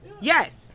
Yes